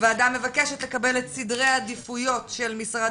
הוועדה מבקשת לקבל את סדרי העדיפויות של משרד